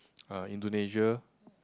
uh Indonesia